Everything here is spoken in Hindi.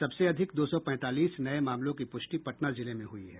सबसे अधिक दो सौ पैंतालीस नये मामलों की पुष्टि पटना जिले में हुई है